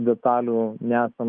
detalių nesam